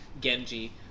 Genji